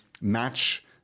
match